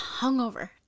hungover